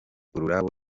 ururabo